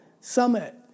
Summit